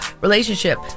relationship